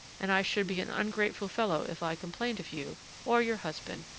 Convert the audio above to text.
and i should be an ungrateful fellow if i complained of you, or your husband,